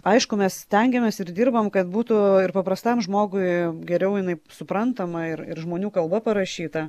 aišku mes stengiamės ir dirbam kad būtų ir paprastam žmogui geriau jinai suprantama ir ir žmonių kalba parašyta